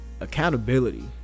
accountability